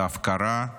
את ההפקרה,